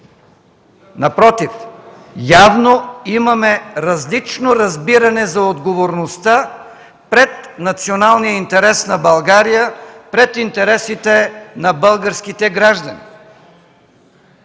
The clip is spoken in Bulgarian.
Напротив, явно имаме различно разбиране за отговорността пред националния интерес на България, пред интересите на българските граждани.